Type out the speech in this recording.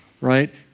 right